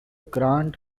grant